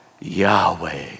Yahweh